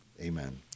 Amen